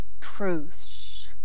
truths